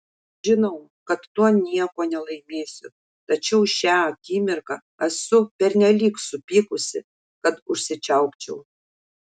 žinau kad tuo nieko nelaimėsiu tačiau šią akimirką esu pernelyg supykusi kad užsičiaupčiau